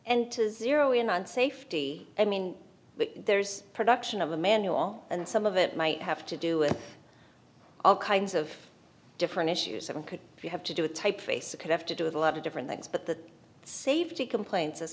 and to zero in on safety i mean there's production of a manual and some of it might have to do it all kinds of different issues one could if you have to do a typeface it could have to do with a lot of different things but the safety complaints as